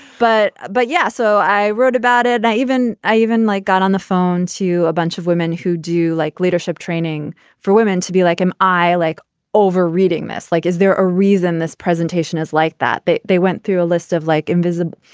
but but yeah. so i wrote about it i even i even got on the phone to a bunch of women who do like leadership training for women to be like him. i like overreading this. like is there a reason this presentation is like that. they they went through a list of like invisible.